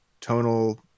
tonal